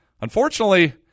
unfortunately